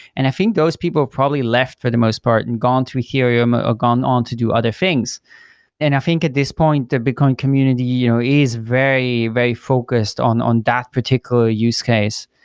and i think those people probably left for the most part and gone through ethereum or gone on to do other things and i think at this point, the bitcoin community you know is very, very focused on on that particular use case.